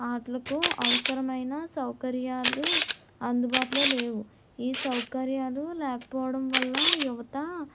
ఆటలకు అవసరమైన సౌకర్యాలు అందుబాటులో లేవు ఈ సౌకర్యాలు లేకపోవడం వల్ల యువత